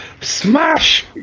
Smash